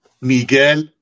Miguel